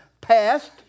passed